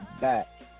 back